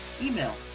Email